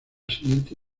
siguiente